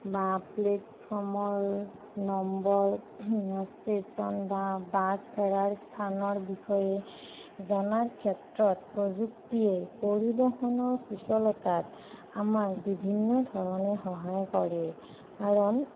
বা প্লেটফৰ্মৰ number station বা বাছ এৰাৰ স্থানৰ বিষয়ে জনাৰ ক্ষেত্ৰত প্ৰযুক্তিয়ে পৰিবহণৰ সুচলতাত আমাক বিভিন্ন ধৰণে সহায় কৰে কাৰণ